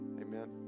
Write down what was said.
Amen